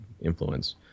influence